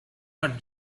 not